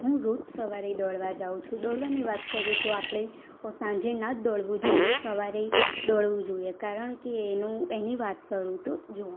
હુ રોજ સવારે દોડવા જાઉં છું દોડવાની વાત કરું તો આપણે સાંજે ન જ દોડવું જોઈએ સવારે દોડવું જોઈએ કારણ કે એનું એની વાત કરું તો જુઓ